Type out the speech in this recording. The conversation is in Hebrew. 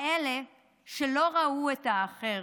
אלה שלא ראו את האחר,